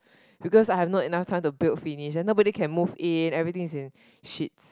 because I have not enough time to build finish then nobody can move in everything is in shits